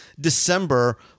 December